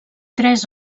tres